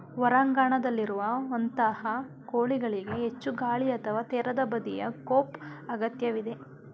ಹೊರಾಂಗಣದಲ್ಲಿರುವಂತಹ ಕೋಳಿಗಳಿಗೆ ಹೆಚ್ಚು ಗಾಳಿ ಅಥವಾ ತೆರೆದ ಬದಿಯ ಕೋಪ್ ಅಗತ್ಯವಿದೆ